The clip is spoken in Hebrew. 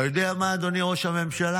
אתה יודע מה, אדוני ראש הממשלה?